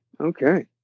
Okay